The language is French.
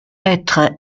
être